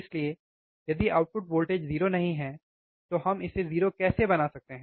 इसलिए यदि output voltage 0 नहीं है तो हम इसे 0 कैसे बना सकते हैं